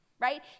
right